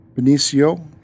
Benicio